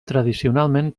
tradicionalment